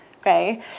Okay